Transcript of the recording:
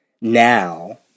now